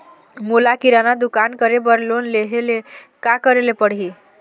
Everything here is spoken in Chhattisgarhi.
मोला किराना दुकान करे बर लोन लेहेले का करेले पड़ही?